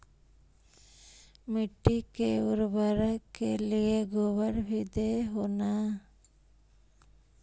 मिट्टी के उर्बरक के लिये गोबर भी दे हो न?